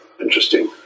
interesting